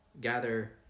gather